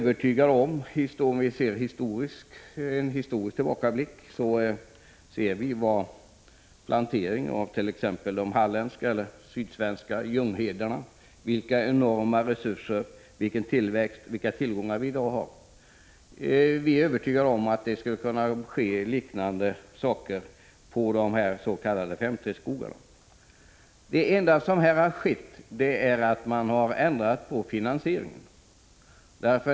Vid en historisk tillbakablick på t.ex. planteringen av de halländska och sydsvenska ljunghedarna ser vi vilka enorma resurser och vilken tillväxt den har gett. Vi är övertygade om att det skulle kunna ske något liknande i de s.k. 5:3-skogarna. Det enda som här har skett är att man har ändrat på finansieringen.